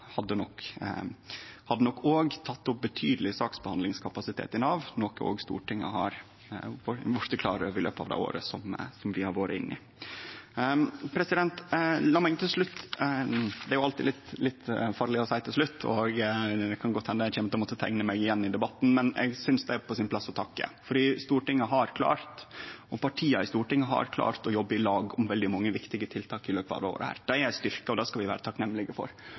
hadde nok teke opp betydeleg med saksbehandlingskapasitet i Nav, noko òg Stortinget har blitt klar over i løpet av det året som vi har vore inne i. La meg til slutt – det er jo alltid litt farleg å seie «til slutt», og det kan godt hende eg kjem til å måtte teikne meg igjen i løpet av debatten, men eg synest det er på sin plass å takke, for Stortinget og partia på Stortinget har klart å jobbe i lag om veldig mange viktige tiltak i løpet av dette året. Det er ein styrke, og det skal vi vere takknemlege for.